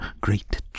great